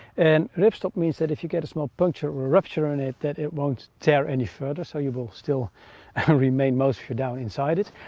and ripstop means that if you get a small puncture or a rupture on it that it won't tear any further so you will still remain most the down inside it.